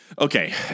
Okay